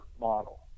model